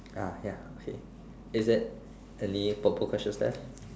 uh ya okay is it any purple questions left